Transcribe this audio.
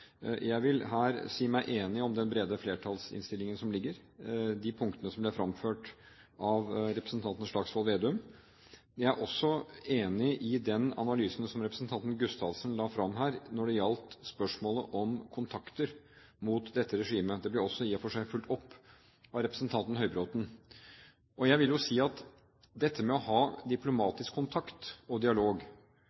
Jeg vil her si meg enig i den brede flertallsinnstillingen som ligger, de punktene som ble fremført at representanten Slagsvold Vedum. Jeg er også enig i den analysen som representanten Gustavsen la fram her når det gjaldt spørsmålet om kontakter mot dette regimet. Det ble i og for seg også fulgt opp av representanten Høybråten. Å ha diplomatisk kontakt og dialog er ikke bare et virkemiddel for å